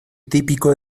típico